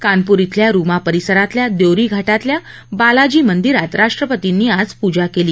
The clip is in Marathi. कानपूर श्वल्या रुमा परिसरातल्या द्योरी घाटातल्या बालाजी मंदिरात राष्ट्रपतींनी आज पूजा केली